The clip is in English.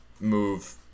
move